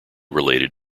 related